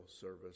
service